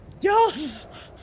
yes